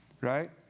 right